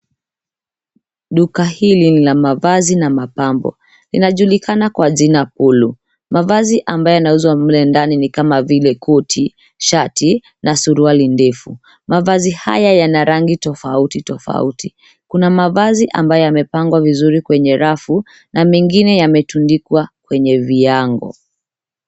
Duka hili ni mavazi na mapambo. Inajulikana kwa jina Polo. Mavazi ambayo yanauzwa mle ndani ni kama vile koti, shati na suruali ndefu. Mavazi haya yana rangi tofauti tofauti. Kuna mavazi ambayo yamepangwa kwenye rafu na mengine yametundikwa kwenye viango.